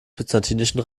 byzantinischen